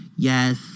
Yes